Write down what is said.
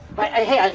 right here.